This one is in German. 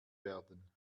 werden